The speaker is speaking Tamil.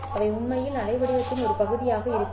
அவை உண்மையில் அலைவடிவத்தின் ஒரு பகுதியாக இருக்காது